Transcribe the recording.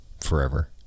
forever